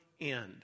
end